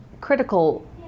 critical